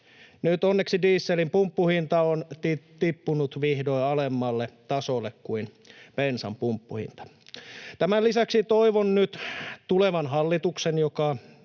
Nyt onneksi dieselin pumppuhinta on tippunut vihdoin alemmalle tasolle kuin bensan pumppuhinta. Tämän lisäksi toivon nyt tulevan hallituksen, joka